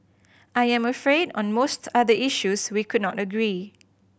I am afraid on most other issues we could not agree